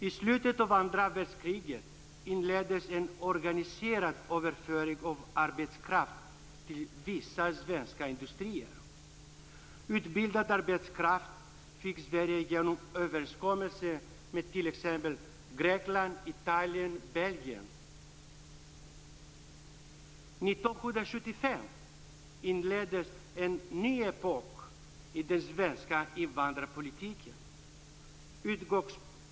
I slutet av andra världskriget inleddes en organiserad överföring av arbetskraft till vissa svenska industrier. Utbildad arbetskraft fick Sverige genom överenskommelser med t.ex. Grekland, Italien och År 1975 inleddes en ny epok i den svenska invandrarpolitiken.